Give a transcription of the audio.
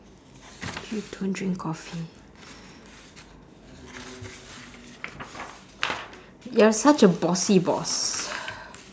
you don't drink coffee you're such a bossy boss